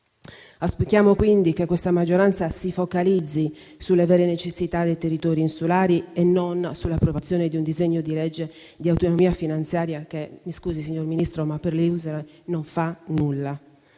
Auspichiamo quindi che questa maggioranza si focalizzi sulle vere necessità dei territori insulari e non sull'approvazione di un disegno di legge di autonomia finanziaria, che - mi scusi, signor Ministro - per le isole non fa nulla.